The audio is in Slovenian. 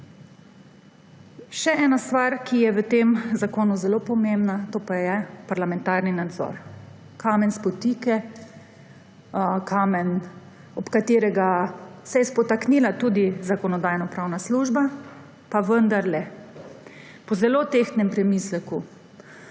Še ena stvar, ki je v tem zakonu zelo pomembna, to pa je parlamentarni nadzor – kamen spotike, kamen, ob katerega se je spotaknila tudi Zakonodajno-pravna služba, pa vendarle. Po zelo tehtnem premisleku,